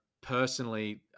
personally